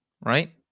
right